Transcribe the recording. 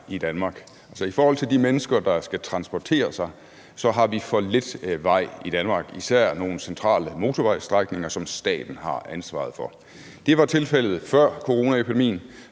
i forhold til de mennesker, der skal transportere sig, har vi for lidt vej i Danmark, især nogle centrale motorvejsstrækninger, som staten har ansvaret for. Det var tilfældet før coronaepidemien.